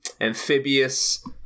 amphibious